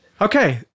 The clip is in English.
Okay